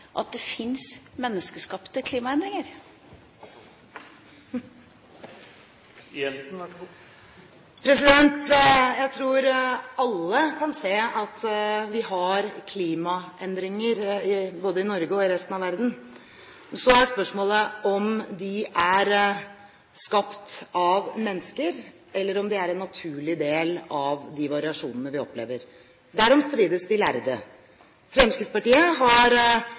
at det fins menneskeskapte klimaendringer? Jeg tror alle kan se at vi har klimaendringer både i Norge og i resten av verden. Så er spørsmålet om de er skapt av mennesker, eller om de er en naturlig del av de variasjonene vi opplever. Derom strides de lærde. Fremskrittspartiet har